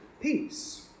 peace